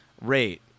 rate